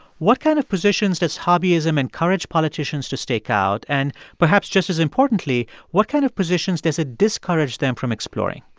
what kind of positions does hobbyism encourage politicians to stake out? and perhaps just as importantly, what kind of positions does it discourage them from exploring?